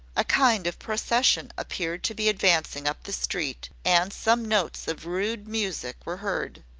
a kind of procession appeared to be advancing up the street, and some notes of rude music were heard.